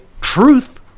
Truth